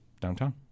downtown